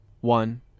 one